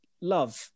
love